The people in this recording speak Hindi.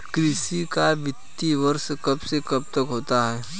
कृषि का वित्तीय वर्ष कब से कब तक होता है?